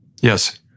yes